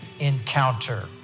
encounter